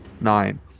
Nine